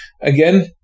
Again